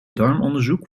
darmonderzoek